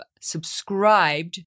subscribed